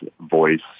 voice